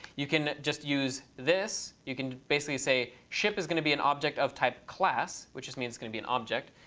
you can just use this. you can basically say, ship is going to be an object of type class, which just means it's going to be an object.